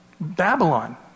Babylon